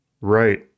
right